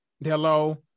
Hello